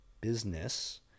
business